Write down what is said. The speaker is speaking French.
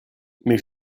mais